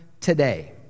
today